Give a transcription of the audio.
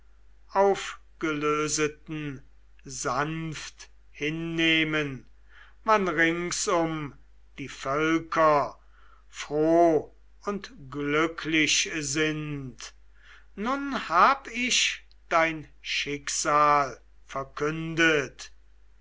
aufgelöseten sanft hinnehmen wann ringsum die völker froh und glücklich sind nun hab ich dein schicksal verkündet